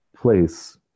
place